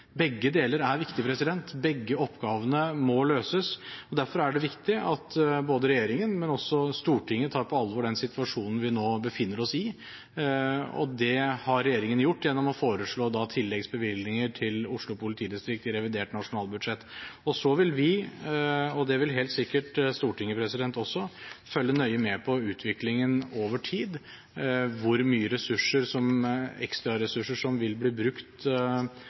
Begge deler er viktig. Begge oppgavene må løses. Derfor er det viktig at både regjeringen og Stortinget tar på alvor den situasjonen vi nå befinner oss i, og det har regjeringen gjort gjennom å foreslå tilleggsbevilgninger til Oslo politidistrikt i revidert nasjonalbudsjett. Så vil vi, og det vil helt sikkert Stortinget også, følge nøye med på utviklingen over tid, hvor mye ressurser, ekstraressurser, som vil bli brukt